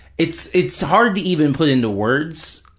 it's it's hard to even put into words,